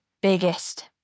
biggest